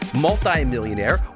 multimillionaire